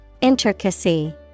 Intricacy